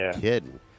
kidding